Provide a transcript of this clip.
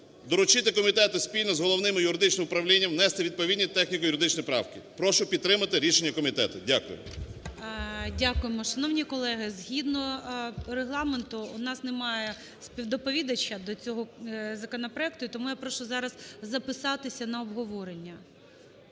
Доручити комітету спільно з Головним юридичним управлінням внести відповідні техніко-юридичні правки. Прошу підтримати рішення комітету. Дякую. ГОЛОВУЮЧИЙ. Дякуємо. Шановні колеги, згідно Регламенту у нас немає співдоповідача до цього законопроекту. І тому я прошу зараз записатися на обговорення.